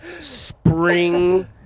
spring